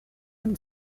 him